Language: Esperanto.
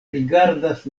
rigardas